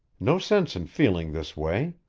no sense in feeling this way.